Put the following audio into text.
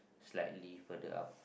slightly further up